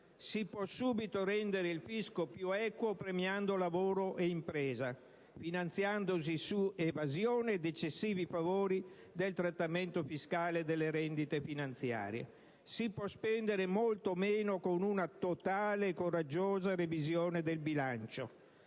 Si può subito rendere il fisco più equo, premiando lavoro ed impresa, finanziandosi su evasione ed eccessivi favori del trattamento fiscale delle rendite finanziarie. Si può spendere molto meno con una totale e coraggiosa revisione del bilancio: